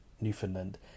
Newfoundland